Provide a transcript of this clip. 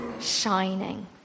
shining